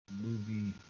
movie